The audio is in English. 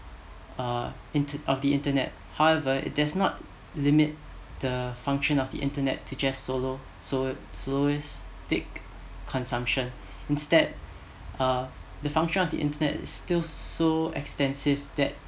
uh inte~ of the internet however it does not limit the function of the internet to just solo solo soloistic consumption instead uh the function of the internet is still so extensive that